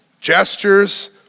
gestures